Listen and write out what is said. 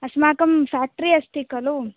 अस्माकं फ्याक्ट्रि अस्ति खलु